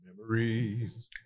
memories